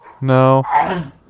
No